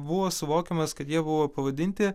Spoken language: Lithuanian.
buvo suvokiamas kad jie buvo pavadinti